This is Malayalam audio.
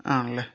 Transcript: ആണല്ലേ